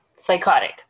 psychotic